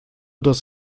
das